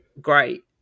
great